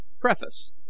Preface